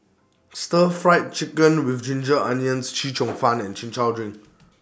Stir Fried Chicken with Ginger Onions Chee Cheong Fun and Chin Chow Drink